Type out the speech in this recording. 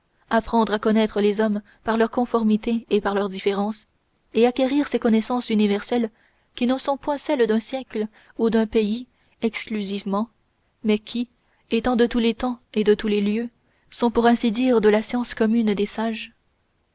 apprendre à connaître les hommes par leurs conformités et par leurs différences et acquérir ces connaissances universelles qui ne sont point celles d'un siècle ou d'un pays exclusivement mais qui étant de tous les temps et de tous les lieux sont pour ainsi dire la science commune des sages